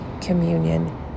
communion